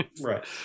right